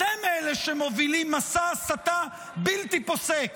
אתם אלה שמובילים מסע הסתה בלתי פוסק